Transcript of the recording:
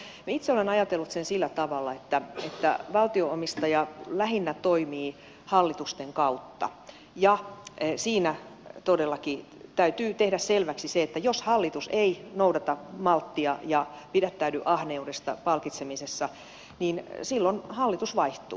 no minä itse olen ajatellut sen sillä tavalla että valtio omistaja lähinnä toimii hallitusten kautta ja siinä todellakin täytyy tehdä selväksi se että jos hallitus ei noudata malttia ja pidättäydy ahneudesta palkitsemisessa niin silloin hallitus vaihtuu